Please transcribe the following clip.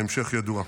ההמשך ידוע.